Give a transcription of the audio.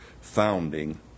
founding